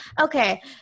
okay